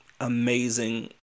amazing